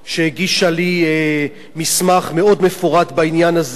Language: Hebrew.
שהגישה לי מסמך מאוד מפורט בעניין הזה,